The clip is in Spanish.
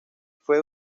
fue